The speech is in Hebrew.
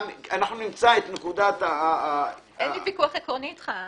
נמצא את נקודת --- אין לי ויכוח עקרוני איתך,